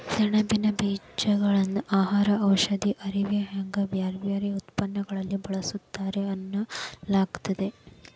ಸೆಣಬಿನ ಬೇಜಗಳನ್ನ ಆಹಾರ, ಔಷಧಿ, ಅರವಿ ಹಿಂಗ ಬ್ಯಾರ್ಬ್ಯಾರೇ ಉತ್ಪನ್ನಗಳಲ್ಲಿ ಬಳಸ್ತಾರ ಅನ್ನಲಾಗ್ತೇತಿ